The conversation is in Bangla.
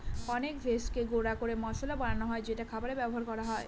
অনেক ভেষজকে গুঁড়া করে মসলা বানানো হয় যেটা খাবারে ব্যবহার করা হয়